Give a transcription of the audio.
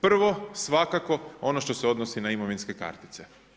Prvo, svakako ono što se odnosi na imovinske kartice.